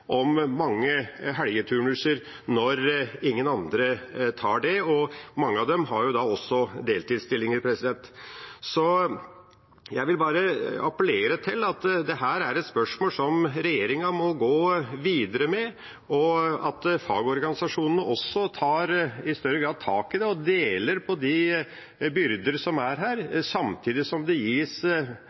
mange helgeturnuser når ingen andre tar det, og mange av dem har deltidsstillinger. Jeg vil bare appellere til at dette er et spørsmål som regjeringa må gå videre med, og at fagorganisasjonene også i større grad tar tak i det og deler på de byrder som er der, samtidig som det gis